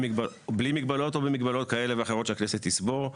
בלי מגבלות או במגבלות כאלה ואחרות שהכנסת תסבור,